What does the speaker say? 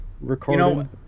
recording